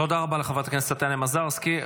תודה רבה לחברת הכנסת טטיאנה מזרסקי.